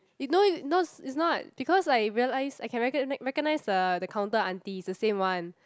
you no you no it's not because like I realise I can recogni~ recognise the the counter auntie it's the same one